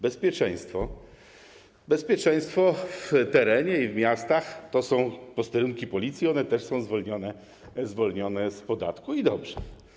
Bezpieczeństwo - bezpieczeństwo w terenie i w miastach to są posterunki Policji i one też są zwolnione z podatku, i dobrze.